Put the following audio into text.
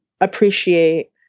appreciate